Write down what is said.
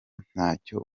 ntacyo